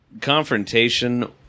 Confrontation